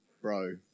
bro